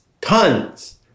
tons